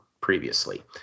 previously